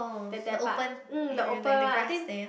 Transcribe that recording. the that part mm the open one I think